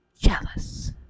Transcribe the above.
jealous